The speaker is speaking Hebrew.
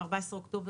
זה היה ב-10 באוקטובר.